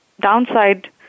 downside